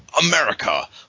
America